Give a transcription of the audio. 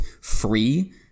free